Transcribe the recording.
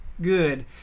good